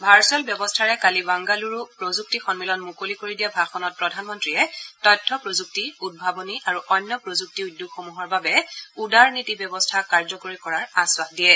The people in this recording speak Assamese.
ভাৰ্চুৱেল ব্যৱস্থাৰে কালি বাংগালুৰু প্ৰযুক্তি সন্মিলন মুকলি কৰি দিয়া ভাষণত প্ৰধানমন্ত্ৰীয়ে তথ্য প্ৰযুক্তি উদ্ভাৱনী আৰু অন্য প্ৰযুক্তি উদ্যোগসমূহৰ বাবে উদাৰ নীতি ব্যৱস্থা কাৰ্যকৰী কৰাৰ আশ্বাস দিয়ে